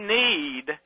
need